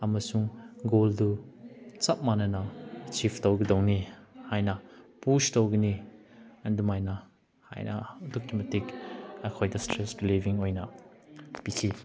ꯑꯃꯁꯨꯡ ꯒꯣꯜꯗꯨ ꯆꯞ ꯃꯥꯟꯅꯅ ꯑꯦꯆꯤꯐ ꯇꯧꯒꯗꯧꯅꯤ ꯍꯥꯏꯅ ꯄꯨꯁ ꯇꯧꯒꯅꯤ ꯑꯗꯨꯃꯥꯏꯅ ꯍꯥꯏꯅ ꯑꯗꯨꯛꯀꯤꯃꯇꯤꯛ ꯑꯩꯈꯣꯏꯗ ꯏꯁꯇ꯭ꯔꯦꯁ ꯔꯤꯂꯤꯕꯤꯡ ꯑꯣꯏꯅ ꯄꯤꯈꯤ